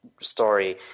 story